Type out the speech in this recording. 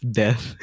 death